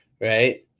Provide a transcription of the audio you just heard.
right